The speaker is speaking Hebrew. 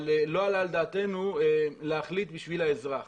אבל לא עלה על דעתנו להחליט בשביל האזרח,